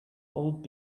old